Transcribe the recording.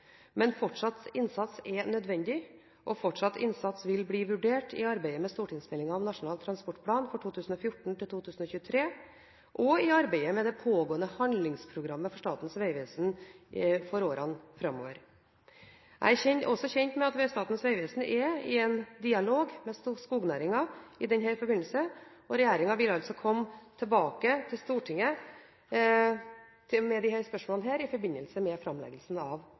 men fortsatt innsats er nødvendig, og fortsatt innsats vil bli vurdert i arbeidet med stortingsmeldingen om Nasjonal transportplan for 2014–2023 og i arbeidet med det pågående handlingsprogrammet for Statens vegvesen for årene framover. Jeg er også kjent med at Statens vegvesen er i en dialog med skognæringen i denne forbindelsen, og regjeringen vil altså komme tilbake til Stortinget med disse spørsmålene i forbindelse med framleggelsen av